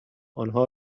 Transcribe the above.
آنها